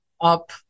up